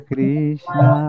Krishna